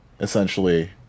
Essentially